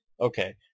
Okay